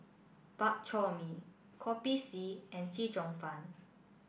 Bak Chor Mee Kopi C and Chee Cheong Fun